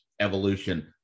evolution